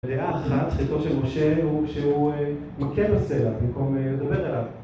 בדעה אחת חטאו של משה הוא שהוא מכה בסלע במקום לדבר אליו